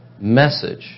message